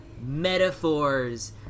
metaphors